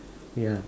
yeah